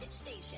Station